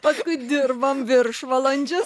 paskui dirbam viršvalandžius